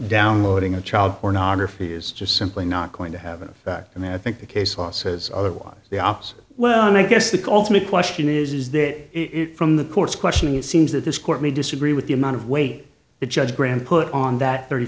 downloading a child pornography is just simply not going to have an effect and i think the case law says otherwise the office well and i guess the call to me question is that from the court's questioning it seems that this court may disagree with the amount of weight that judge grant put on that thirty